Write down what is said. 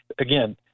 Again